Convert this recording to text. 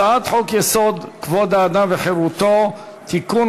הצעת חוק-יסוד: כבוד האדם וחירותו (תיקון,